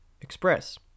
express